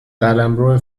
قلمرو